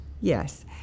Yes